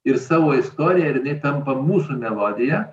ir savo istoriją ir jinai tampa mūsų melodija